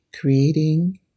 creating